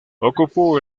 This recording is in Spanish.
ocupó